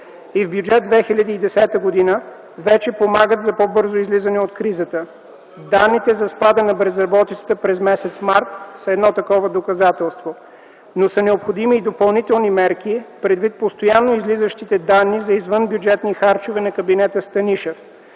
и в Бюджет 2010 г., вече помагат за по-бързо излизане от кризата. Данните за спада на безработицата през м. март са едно такова доказателство. Необходими са и допълнителни мерки предвид постоянно излизащите данни за извънбюджетни харчове на кабинета Станишев.